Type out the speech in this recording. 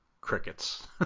Crickets